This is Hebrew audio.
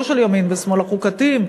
לא של ימין ושמאל אלא החוקתיים,